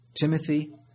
Timothy